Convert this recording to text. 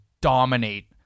dominate